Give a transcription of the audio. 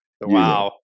Wow